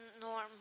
normal